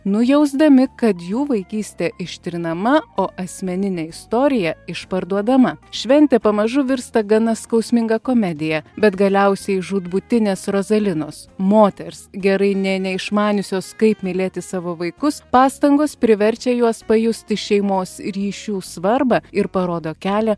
nujausdami kad jų vaikystė ištrinama o asmeninė istorija išparduodama šventė pamažu virsta gana skausminga komedija bet galiausiai žūtbūtinės rozalinos moters gerai nė neišmaniusios kaip mylėti savo vaikus pastangos priverčia juos pajusti šeimos ryšių svarbą ir parodo kelią